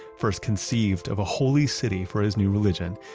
first conceived of a holy city for his new religion,